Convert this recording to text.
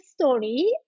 story